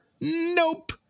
Nope